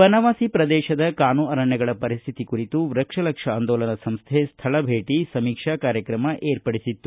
ಬನವಾಸಿ ಪ್ರದೇಶದ ಕಾನು ಅರಣ್ಯಗಳ ಪರಿಸ್ಥಿತಿ ಕುರಿತು ವೃಕ್ಷಲಕ್ಷ ಆಂದೋಲನ ಸಂಸ್ಥೆ ಸ್ಥಳ ಭೇಟಿ ಸಮೀಕ್ಷಾ ಕಾರ್ಕ್ರಮ ಏರ್ಪಡಿಸಿತ್ತು